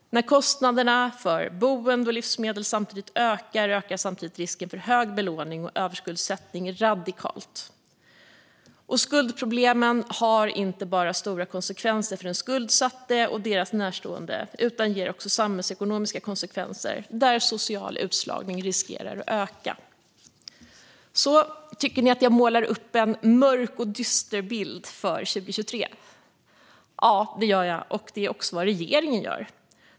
När kostnaderna för boende och livsmedel ökar samtidigt ökar också risken för hög belåning och överskuldsättning radikalt. Skuldproblem har inte bara stora konsekvenser för skuldsatta och deras närstående utan ger också samhällsekonomiska konsekvenser när social utslagning riskerar att öka. Tycker ni att jag målar upp en mörk och dyster bild för 2023? Ja, det gör jag, och det är också vad regeringen gör.